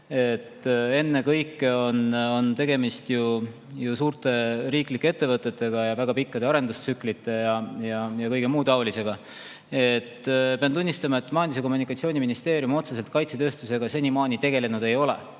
Ennekõike on tegemist ju suurte riiklike ettevõtetega ja väga pikkade arendustsüklite ja kõige muu taolisega. Pean tunnistama, et Majandus- ja Kommunikatsiooniministeerium otseselt kaitsetööstusega seni tegelenud ei ole.